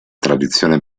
tradizione